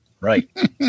right